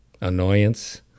annoyance